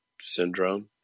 syndrome